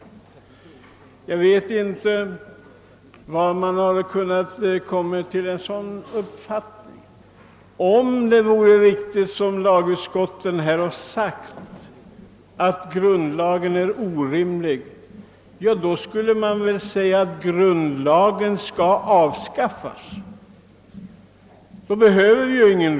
Jag vet inte hur man kunnat komma fram till en sådan uppfattning. Om det vore riktigt att grundlagen är orimlig så som lagutskotten säger, borde man väl vilja avskaffa den, ty då behöver vi ju ingen.